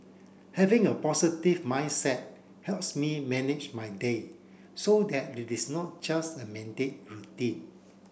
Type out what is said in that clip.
having a positive mindset helps me manage my day so that it is not just a mandate routine